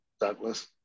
Douglas